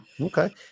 Okay